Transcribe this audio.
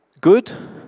Good